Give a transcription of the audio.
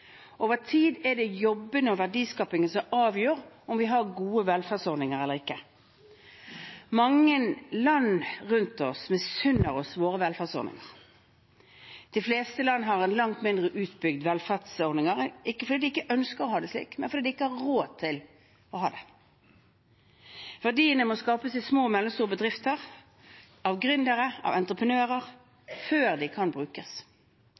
Over tid er det jobbene og verdiskapingen som avgjør om vi har gode velferdsordninger eller ikke. Mange land rundt oss misunner oss våre velferdsordninger. De fleste land har langt mindre utbygde velferdsordninger – ikke fordi de ønsker å ha det slik, men fordi de ikke har råd til å ha det. Verdiene må skapes i små og mellomstore bedrifter, av gründere og entreprenører, før de kan brukes.